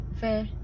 Fair